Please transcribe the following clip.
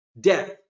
death